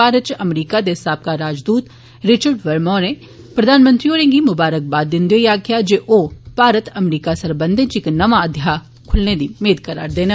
भारत च अमरीका दे साबका राजदूत रिचर्ड वर्मा होरें प्रधानमंत्री होरें गी मुबारखबाद दिंदे होई आक्खेआ ऐ जे ओह् भारत अमरीका सरबंघै च इक नमां घ्याऽ खुलने दी मेद करा'रदे न